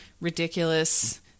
ridiculous